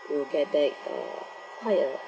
will get back uh higher